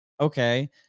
okay